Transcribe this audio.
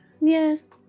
yes